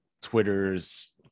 Twitter's